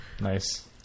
Nice